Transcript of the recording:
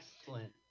Excellent